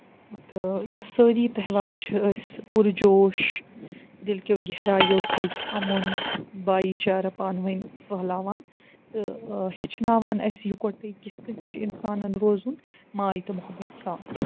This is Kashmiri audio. تہٕ یِم سٲری تہوار چھِ أسۍ پُرجوش دِلہِ کٮ۪و گہرایو سۭتۍ اَمُن بایی چارٕ پانہٕ ؤنۍ پھٔہلاوان تہٕ ہیٚچھناوان اَسہِ یِکوَٹَے کِتھ کٔنۍ چھُ اِنسانن روزُن ماے تہٕ محبت سان